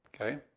Okay